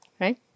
right